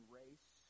race